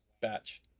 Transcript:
batch